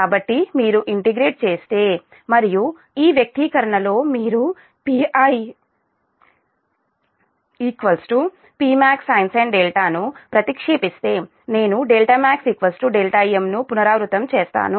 కాబట్టి మీరు ఇంటిగ్రేట్ చేస్తే మరియు ఈ వ్యక్తీకరణలో మీరు Pi Pmaxsin 0 ను ప్రతిక్షెపిస్తే నేను maxm ను పునరావృతం చేస్తాను